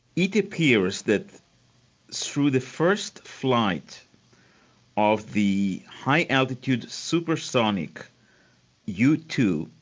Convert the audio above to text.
it appears that through the first flight of the high altitude supersonic u two,